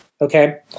Okay